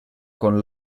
con